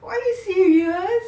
oh are you serious